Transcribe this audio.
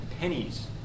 pennies